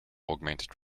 augmented